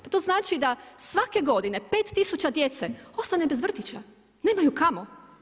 Pa to znači da svake godine 5 tisuća djece ostane bez vrtića, nemaju kamo.